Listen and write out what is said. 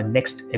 Next